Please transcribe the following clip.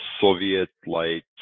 Soviet-like